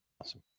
awesome